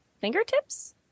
fingertips